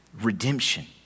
Redemption